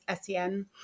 SEN